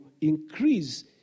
increase